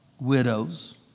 Widows